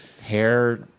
Hair